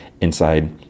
Inside